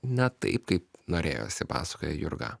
ne taip kaip norėjosi pasakoja jurga